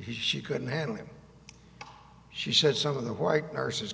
he she couldn't handle him she said some of the white nurses